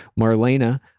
Marlena